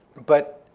but